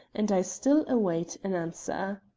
and i still await an answer.